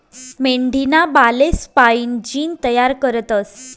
मेंढीना बालेस्पाईन जीन तयार करतस